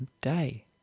day